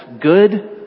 good